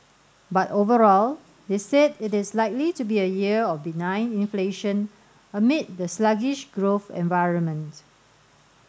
but overall they said it is likely to be a year of benign inflation amid the sluggish growth environment